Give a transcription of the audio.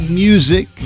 music